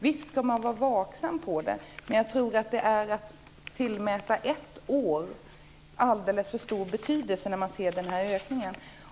Visst ska man vara vaksam, men jag tror att man kan tillmäta ett år alldeles för stor betydelse när man ser en sådan här ökning.